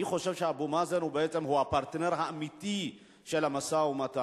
אני חושב שאבו מאזן הוא בעצם הפרטנר האמיתי של המשא-ומתן.